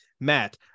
matt